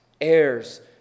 Heirs